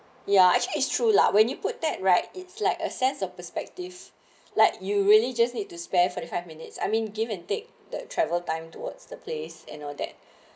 ya actually it's true lah when you put that right it's like a sense of perspective like you really just need to spare forty five minutes I mean give and take the travel time towards the place and all that